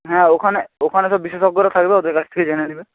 হ্যাঁ ওখানে ওখানে তো বিশেষজ্ঞরা থাকবে ওদের কাছ থেকে জেনে নিবে